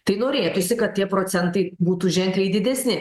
tai norėtųsi kad tie procentai būtų ženkliai didesni